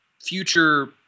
future